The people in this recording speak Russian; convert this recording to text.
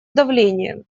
давлением